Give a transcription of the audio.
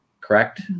correct